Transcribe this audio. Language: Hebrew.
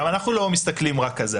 גם אנחנו לא מסתכלים רק על זה.